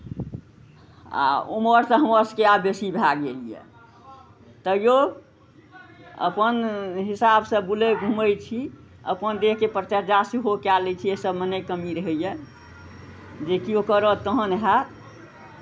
आ उमर तऽ हमर सभके आब बेसी भए गेल यए तैओ अपन हिसाबसँ बुलै घुमै छी अपन देहके परिचर्या सेहो कए लै छियै एहि सभमे नहि कमी रहैए जे किओ करत तहन हैत